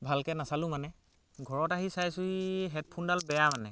ভালকৈ নাচালোঁ মানে ঘৰত আহি চাইছোঁহি হেডফোনডাল বেয়া মানে